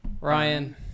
Ryan